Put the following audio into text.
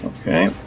Okay